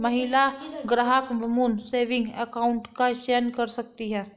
महिला ग्राहक woman saving account का चयन कर सकती है